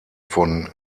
von